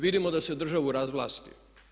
Vidimo da se državi razvlasti.